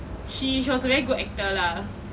she was a very good actor lah